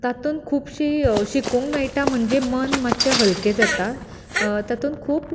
तातूंत खुबशें शिकूंक मेळटां म्हणजे मन मातशें हलकें जाता तातूंत खूब